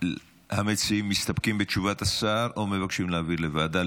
המציעים מסתפקים בתשובת השר או מבקשים להעביר לוועדה?